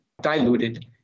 diluted